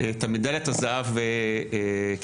את מדלית הזהב קיבלת.